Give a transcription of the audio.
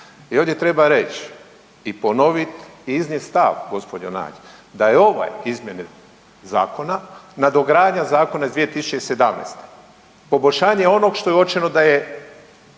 I ovdje treba reći i ponoviti i iznijeti stav gospođo Nađ da je ova izmjena Zakona nadogradnja zakona iz 2017., poboljšanje onoga što je uočeno da je